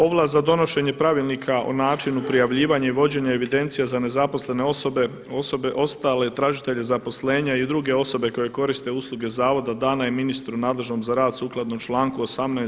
Ovlast za donošenje pravilnika o načinu prijavljivanja i vođenju evidencije za nezaposlene osobe, osobe ostale tražitelja zaposlenja i druge osobe koje koriste usluge zavoda dana je ministru nadležnom za rad sukladno članku 18.